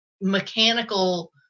mechanical